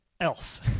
else